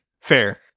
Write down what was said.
Fair